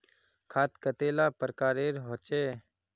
खाद कतेला प्रकारेर होचे?